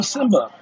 Simba